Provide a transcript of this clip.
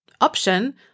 option